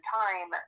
time